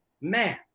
man